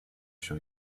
show